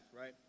right